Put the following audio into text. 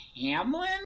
Hamlin